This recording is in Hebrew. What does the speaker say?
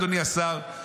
אדוני השר,